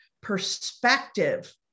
perspective